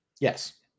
Yes